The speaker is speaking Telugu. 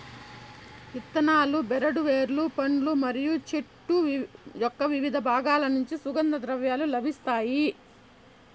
ఇత్తనాలు, బెరడు, వేర్లు, పండ్లు మరియు చెట్టు యొక్కవివిధ బాగాల నుంచి సుగంధ ద్రవ్యాలు లభిస్తాయి